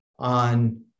on